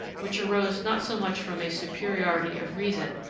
which arose not so much from a superiority of reason,